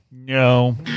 No